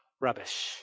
rubbish